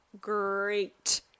Great